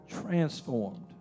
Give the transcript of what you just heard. transformed